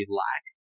lack